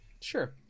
Sure